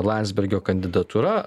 landsbergio kandidatūra